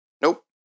Nope